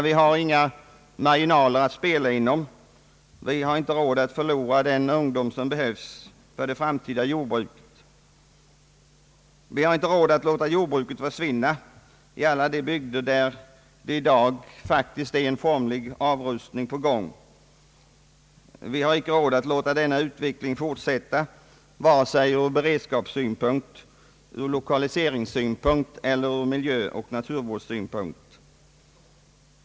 Det finns inga marginaler att spela inom. Vi har inte råd att förlora den ungdom som behövs för det framtida jordbruket. Vi har inte råd att låta jordbruket försvinna i alla de bygder där en formlig avrustning nu är i gång. Vi har icke råd att låta denna utveckling fortsätta, vare sig ur beredskapssynpunkt, ur lokaliseringssynpunkt eller ur miljöoch naturvårdssynpunkt.